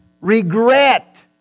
regret